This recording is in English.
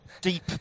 deep